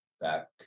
back